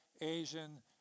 Asian